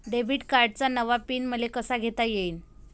Debit कार्डचा नवा PIN मले कसा घेता येईन?